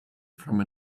from